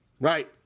right